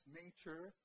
nature